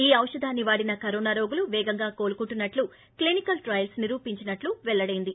ఈ బౌషధాన్ని వాడిన కరోనా రోగులు పేగంగా కోలుకుంటున్నట్టు క్లినికల్ ట్రయల్స్ నిరూపించినట్టు వెల్లడైంది